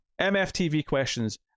mftvquestions